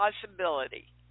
possibility